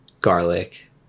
garlic